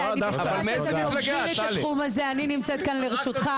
אני נמצאת כאן לרשותך.